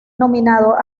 nominados